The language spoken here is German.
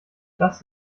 das